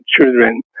children